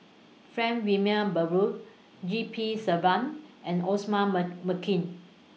Frank Wilmin Brewer G P Selvam and Osman Merican